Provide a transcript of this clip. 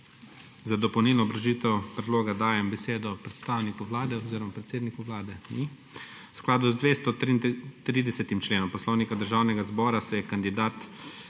Za dopolnilno obrazložitev predloga dajem besedo predstavniku Vlade oziroma predsedniku Vlade. (Ga ni.) V skladu z 233. členom Poslovnika Državnega zbora se je kandidat